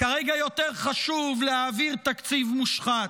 כרגע יותר חשוב להעביר תקציב מושחת.